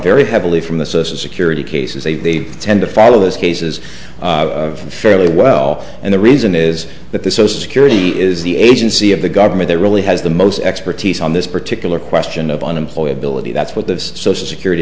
very heavily from the security cases they tend to follow those cases fairly well and the reason is that the social security is the agency of the government that really has the most expertise on this particular question of on employee ability that's what the social security